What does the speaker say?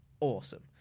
Awesome